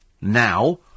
now